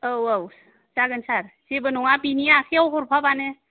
औ औ जागोन सार जेबो नङा बिनि आखायाव हरफाबानो